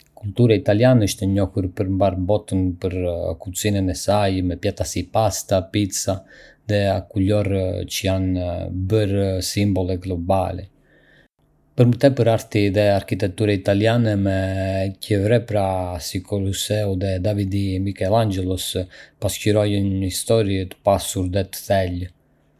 Kultura italiane është e njohur në mbarë botën për kuzhinën e saj, me pjata si pasta, pica dhe akullore që janë bërë simbole globale. Për më tepër, arti dhe arkitektura italiane, me kryevepra si Koloseu dhe David-i i Mikelanxhelos, pasqyrojnë një histori të pasur dhe të thellë.